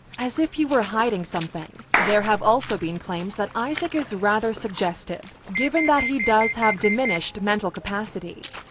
as if he were hiding something. there have also been claims that isaac is rather suggestive, given that he does have diminished mental capacity.